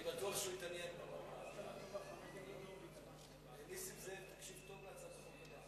התשס"ט 2009, לוועדת החוקה, חוק ומשפט נתקבלה.